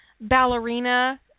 ballerina